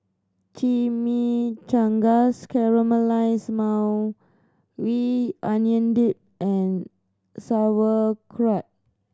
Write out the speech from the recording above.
Chimichangas Caramelized Maui We Onion Dip and Sauerkraut